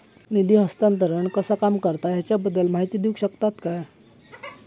निधी हस्तांतरण कसा काम करता ह्याच्या बद्दल माहिती दिउक शकतात काय?